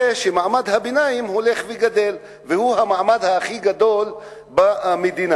זה שמעמד הביניים הולך וגדל והוא המעמד הכי גדול במדינה.